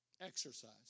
exercise